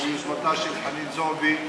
או ביוזמתה של חנין זועבי,